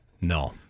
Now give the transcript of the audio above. No